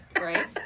Right